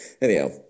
anyhow